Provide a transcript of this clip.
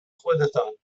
خودتان